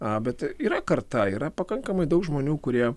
a bet yra karta yra pakankamai daug žmonių kurie